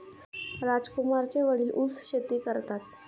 राजकुमारचे वडील ऊस शेती करतात